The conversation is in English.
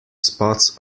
spots